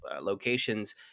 locations